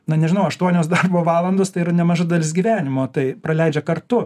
na nežinau aštuonios darbo valandos tai yra nemaža dalis gyvenimo tai praleidžia kartu